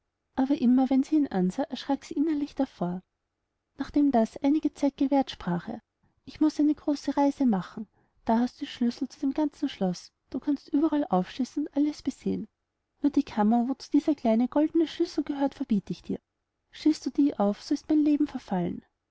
aber immer wenn sie den sah erschrack sie innerlich davor nachdem das einige zeit gewährt sprach er ich muß eine große reise machen da hast du die schlüssel zu dem ganzen schloß du kannst überall aufschließen und alles besehen nur die kammer wozu dieser kleine goldene schlüssel gehört verbiet ich dir schließt du die auf so ist dein leben verfallen